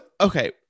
okay